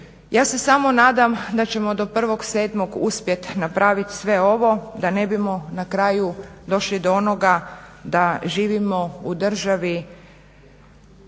Ja se samo nadam da ćemo do 1.7. uspjet napravit sve ovo da ne bismo na kraju došli do onoga da živimo u državi